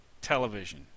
television